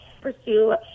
pursue